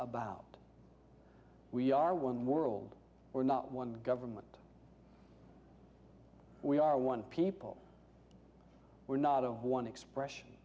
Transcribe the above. about we are one world we're not one government we are one people were not of one expression